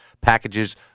packages